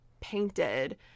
painted